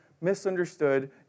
misunderstood